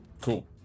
Cool